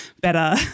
better